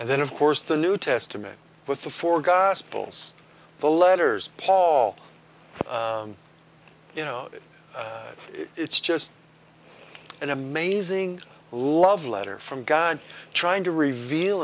and then of course the new testament with the four gospels the letters paul you know it's just an amazing love letter from god trying to reveal